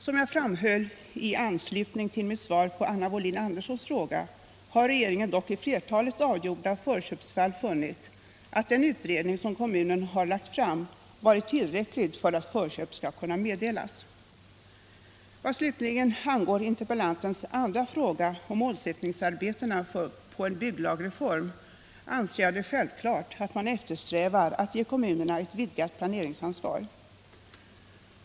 Som jag framhöll i anslutning till mitt svar på Anna Wohlin-Anderssons fråga har regeringen dock i flertalet avgjorda förköpsfall funnit att den utredning som kommunen har lagt fram varit tillräcklig för att förköp skall kunna meddelas. Vad slutligen angår interpellantens andra fråga, om målsättningarna för arbetet på en bygglagreform, anser jag det självklart att man eftersträvar att ge kommunerna ett vidgat planeringsansvar.